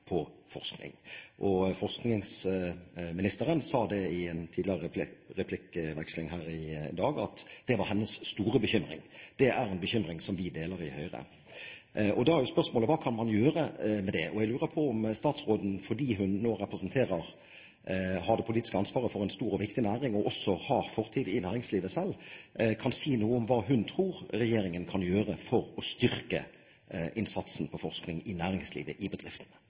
på forskning. Forskningsministeren sa i en tidligere replikkveksling her i dag at det var hennes store bekymring. Det er en bekymring som vi i Høyre deler. Da er spørsmålet: Hva kan man gjøre med det? Jeg lurer på om statsråden, fordi hun nå har det politiske ansvaret for en stor og viktig næring, og også har fortid i næringslivet selv, kan si noe om hva hun tror regjeringen kan gjøre for å styrke innsatsen på forskning i næringslivet, i bedriftene?